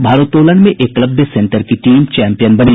भारोत्तोलन में एकलव्य सेंटर की टीम चैंपियन बनी